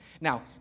Now